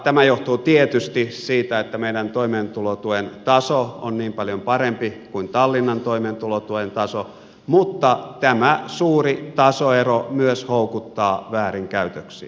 tämä johtuu tietysti siitä että meidän toimeentulotuen taso on niin paljon parempi kuin tallinnan toimeentulotuen taso mutta tämä suuri tasoero myös houkuttaa väärinkäytöksiin